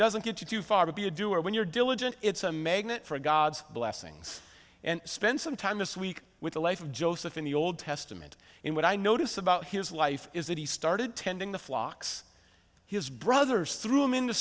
doesn't get you to far be a doer when you're diligent it's a magnet for god's blessings and spend some time this week with the life of joseph in the old testament in what i notice about his life is that he started tending the flocks his brothers through him in the